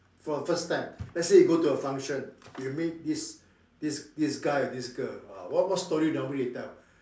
for the first time let's say you go to a function you meet this this this guy or this girl ah what what story normally you tell